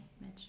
Mitch